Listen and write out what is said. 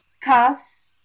Cuffs